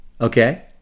okay